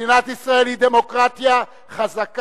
מדינת ישראל היא דמוקרטיה חזקה,